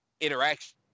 interaction